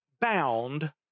bound